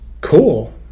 Cool